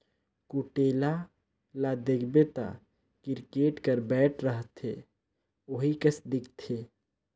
कुटेला ल देखबे ता किरकेट कर बैट रहथे ओही कस दिखथे